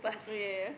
oh yeah yeah yeah